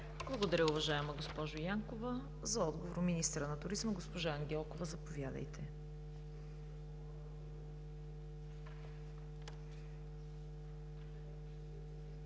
Благодаря, уважаема госпожо Янкова. За отговор – министърът на туризма госпожа Ангелкова, заповядайте.